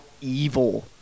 evil